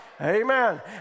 Amen